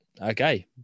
Okay